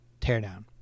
Teardown